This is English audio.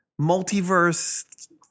multiverse